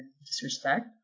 disrespect